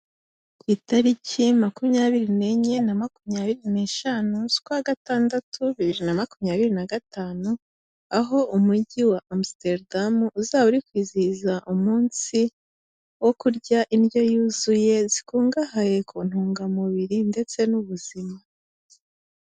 Itariki makumyabiri n'enye na makumyabiri n'eshanu z'ukwa gatandatu bibiri na makumyabiri na gatanu, aho Umujyi wa Amsterdam uzaba uri kwizihiza umunsi wo kurya indyo yuzuye zikungahaye ku ntungamubiri ndetse n'ubuzima.